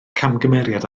camgymeriad